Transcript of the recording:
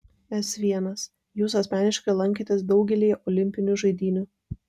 s l jūs asmeniškai lankėtės daugelyje olimpinių žaidynių